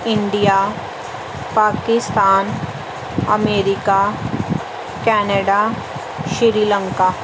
India Pakistan America Canada Sri Lanka